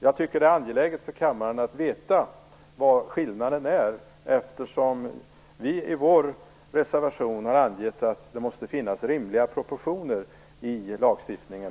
Jag tycker att det är angeläget för kammaren att veta vad skillnaden är, eftersom vi i vår reservation har angivit att det måste finnas rimliga proportioner i lagstiftningen.